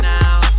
now